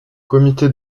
comité